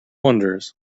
wonders